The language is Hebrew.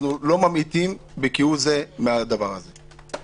אנחנו לא ממעיטים בכהו זה מהדבר הזה.